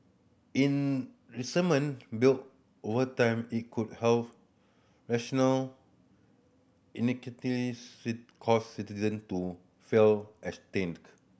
in resentment build over time it could national cause citizen to feel estranged